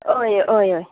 हय हय हय